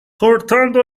cortando